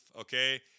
okay